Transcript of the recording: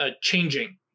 changing